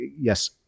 yes